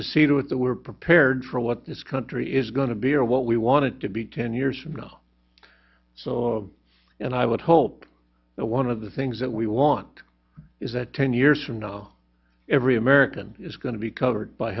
to see to it that we're prepared for what this country is going to be or what we want to be ten years from now so and i would hope that one of the things that we want is that ten years from now every american is going to be covered by